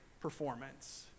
performance